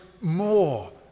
more